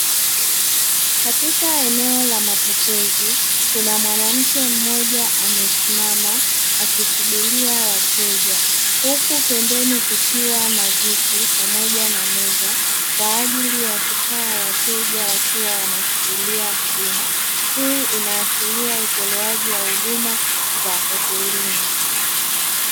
Katika eneo la mapokezi kuna mwanamke mmoja amesimama akisubiria wateja, huku pembeni kukiwa na viti pamoja na meza kwa ajili ya kukaa wateja wakiwa wanasubiria huduma hii inaashiria utolewaji wa huduma za hotelini.